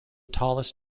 tallest